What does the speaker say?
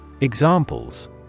Examples